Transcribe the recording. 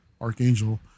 Archangel